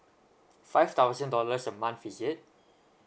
five thousand dollars a month is it